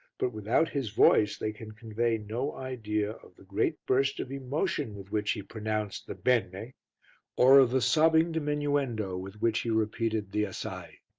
but, without his voice, they can convey no idea of the great burst of emotion with which he pronounced the bene, or of the sobbing diminuendo with which he repeated the assai.